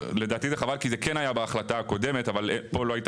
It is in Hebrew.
לדעתי זה חבל כי זה כן היה בהחלטה הקודמת אבל פה לא הייתה